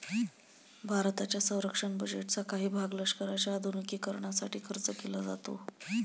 भारताच्या संरक्षण बजेटचा काही भाग लष्कराच्या आधुनिकीकरणासाठी खर्च केला जातो